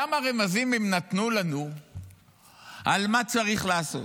כמה רמזים הם נתנו לנו על מה צריך לעשות,